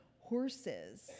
horses